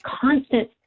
constant